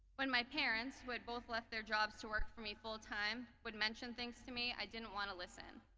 when my parents, who had both left their jobs to work for me full time would mention things to me i didn't want to listen.